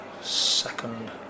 second